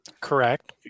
Correct